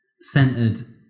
centered